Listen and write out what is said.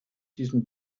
diesem